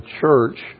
church